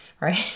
right